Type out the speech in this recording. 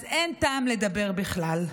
אז אין טעם לדבר בכלל.